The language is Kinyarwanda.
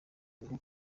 bwo